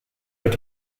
wird